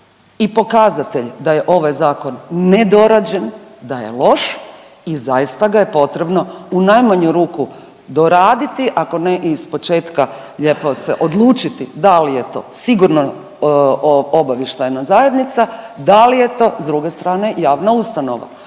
i pokazatelj da je ovaj zakon nedorađen, da je loš i zaista ga je potrebno u najmanju ruku doraditi, ako ne i ispočetka lijepo se odlučiti da li je to Sigurno-obavještajna zajednica, da li je to s druge strane javna ustanova,